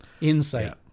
insight